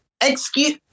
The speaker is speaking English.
Excuse